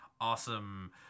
awesome